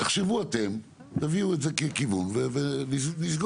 תחשבו אתם, תביאו את זה ככיוון, ונסגור.